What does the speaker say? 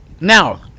Now